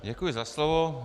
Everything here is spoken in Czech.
Děkuji za slovo.